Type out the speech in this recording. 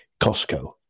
Costco